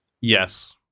Yes